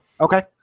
Okay